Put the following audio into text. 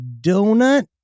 donut